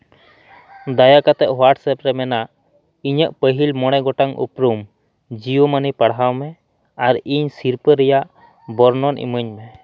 ᱫᱟᱭᱟ ᱠᱟᱛᱮᱫ ᱦᱳᱴᱟᱥᱮᱯ ᱨᱮ ᱢᱮᱱᱟᱜ ᱤᱧᱟᱹᱜ ᱯᱟᱹᱦᱤᱞ ᱢᱚᱬᱮ ᱜᱚᱴᱟᱝ ᱩᱯᱨᱩᱢ ᱡᱤᱭᱳ ᱢᱟᱹᱱᱤ ᱯᱟᱲᱦᱟᱣ ᱢᱮ ᱟᱨ ᱤᱧ ᱥᱤᱨᱯᱟᱹ ᱨᱮᱭᱟᱜ ᱵᱚᱨᱱᱚᱱ ᱤᱢᱟᱹᱧ ᱢᱮ